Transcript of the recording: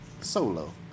solo